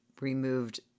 removed